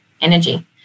energy